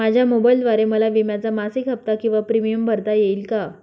माझ्या मोबाईलद्वारे मला विम्याचा मासिक हफ्ता किंवा प्रीमियम भरता येईल का?